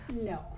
no